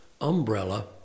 umbrella